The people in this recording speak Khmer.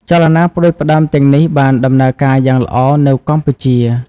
ចលនាផ្តួចផ្តើមទាំងនេះបានដំណើរការយ៉ាងល្អនៅកម្ពុជា។